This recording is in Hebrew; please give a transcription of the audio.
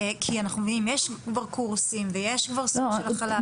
כי אנחנו קורסים ויש כבר סוג של הכלה,